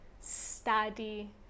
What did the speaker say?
study